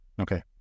Okay